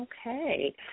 Okay